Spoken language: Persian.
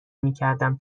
میکردم